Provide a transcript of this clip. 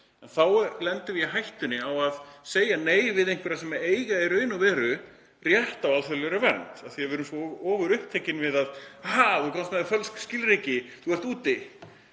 Þá lendum við í hættu á að segja nei við einhverja sem eiga í raun og veru rétt á alþjóðlegri vernd af því að við erum svo ofurupptekin við að segja: Þú komst með fölsk skilríki, þú ert úti.